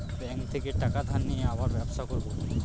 bank থেকে টাকা ধার নিয়ে আবার ব্যবসা করবো